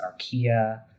archaea